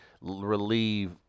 relieve